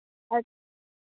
અચ્છા